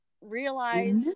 realize